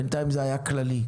בינתיים זה היה כללי.